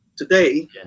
Today